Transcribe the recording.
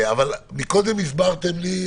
קודם הסברתם לי,